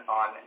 on